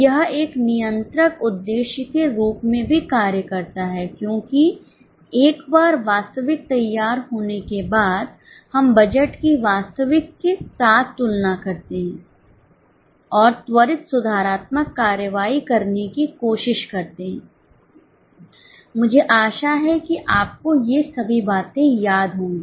यह एक नियंत्रण उद्देश्य के रूप में भी कार्य करता है क्योंकि एक बार वास्तविक तैयार होने के बाद हम बजट की वास्तविक के साथ तुलना करते हैं और त्वरित सुधारात्मक कार्रवाई करने की कोशिश करते हैं मुझे आशा है कि आपको ये सभी बातें याद होंगी